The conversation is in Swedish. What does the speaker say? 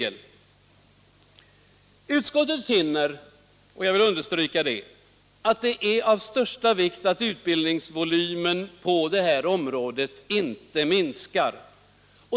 Utskottet finner att det är av största vikt att utbildningsvolymen på detta område inte minskar.